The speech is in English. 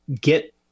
get